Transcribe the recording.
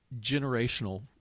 generational